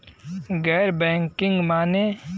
गैर बैंकिंग माने?